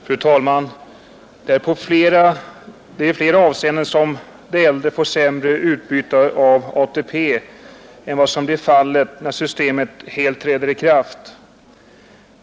Fru talman! I flera avseenden får de äldre sämre utbyte av ATP än vad som blir fallet när systemet helt träder i kraft.